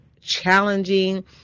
challenging